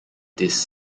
this